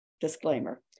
disclaimer